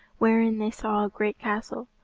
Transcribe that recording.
wherein they saw a great castle,